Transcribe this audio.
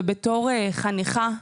בתור חניכה,